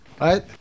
right